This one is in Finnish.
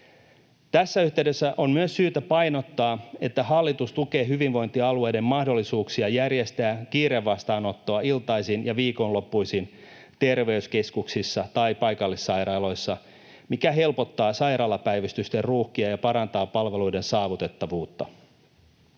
Tässä yhteydessä on myös syytä painottaa, että hallitus tukee hyvinvointialueiden mahdollisuuksia järjestää kiirevastaanottoa iltaisin ja viikonloppuisin terveyskeskuksissa tai paikallissairaaloissa, mikä helpottaa sairaalapäivystysten ruuhkia ja parantaa palveluiden saavutettavuutta.